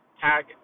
Tag